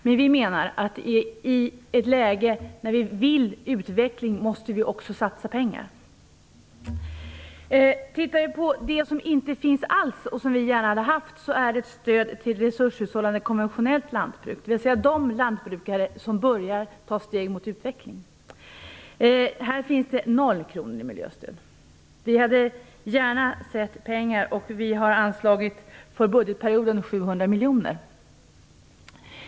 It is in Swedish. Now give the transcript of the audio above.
Men vi menar att vi då vi vill ha utveckling också måste satsa pengar. Vi kan titta på det som inte alls finns med i betänkandet och som vi gärna hade haft med. Det handlar om stöd till resurshushållande konventionellt lantbruk, dvs. till de lantbrukare som börjar ta steg mot utveckling. Till dem finns det 0 kr i miljöstöd. Vi hade gärna sett pengar till dem. För budgetperioden har vi anslagit 700 miljoner.